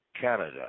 Canada